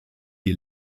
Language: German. die